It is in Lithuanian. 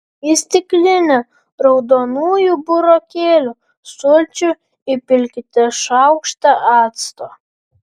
į stiklinę raudonųjų burokėlių sulčių įpilkite šaukštą acto